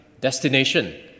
destination